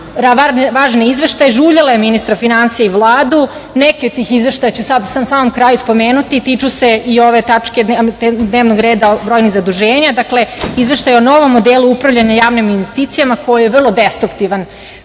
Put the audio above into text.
važna izveštaje. Žuljala je ministra finansija i Vladu. Neke od tih izveštaja ću sada za sam kraj spomenuti. Tiču se i ove tačke dnevnog reda, brojnih zaduženja. Dakle, Izveštaj o novom modelu upravljanja javnim investicijama koji je vrlo destruktivan